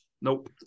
Nope